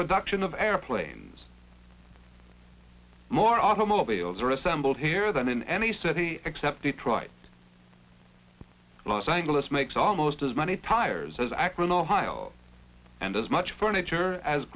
production of airplanes more automobiles are assembled here than in any city except detroit los angeles makes almost as many tires as akron ohio and as much furniture as